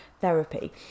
therapy